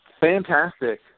fantastic